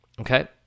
okay